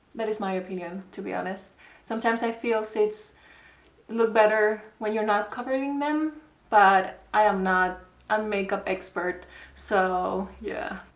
that is my opinion to be honest sometimes i feel zits look better when you're not covering them but, i am not a and makeup expert so. yeah.